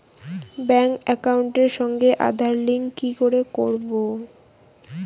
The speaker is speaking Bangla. ব্যাংক একাউন্টের সঙ্গে আধার লিংক কি করে করবো?